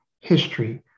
history